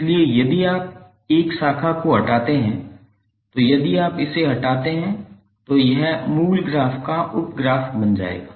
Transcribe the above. इसलिए यदि आप एक शाखा को हटाते हैं तो यदि आप इसे हटाते हैं तो यह मूल ग्राफ का उप ग्राफ बन जाएगा